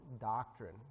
doctrine